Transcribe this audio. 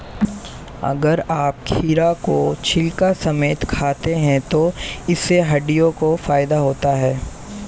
अगर आप खीरा को छिलका समेत खाते हैं तो इससे हड्डियों को फायदा होता है